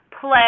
play